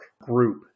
group